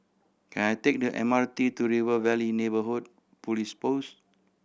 can I take the M R T to River Valley Neighbourhood Police Post